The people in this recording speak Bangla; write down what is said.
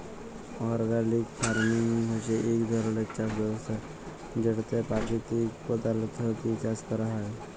অর্গ্যালিক ফার্মিং হছে ইক ধরলের চাষ ব্যবস্থা যেটতে পাকিতিক পদাথ্থ লিঁয়ে চাষ ক্যরা হ্যয়